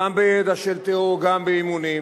גם בידע של טרור, גם באימונים.